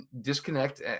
disconnect